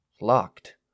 Locked